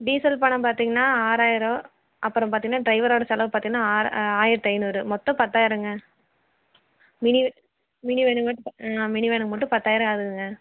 diesel பணம் பார்த்திங்கன்னா ஆறாயிரம் அப்புறம் பார்த்திங்கன்னா டிரைவரோட செலவு பார்த்திங்கன்னா ஆ ஆயிரத்தி ஐநூறு மொத்தம் பத்தாயிரம்ங்க மினி மினி வேனுக்கு ஆ மினி ம் வேனுக்கு மட்டும் பத்தாயிரம் ஆகுதுங்க